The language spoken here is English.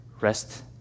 Rest